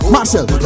Marshall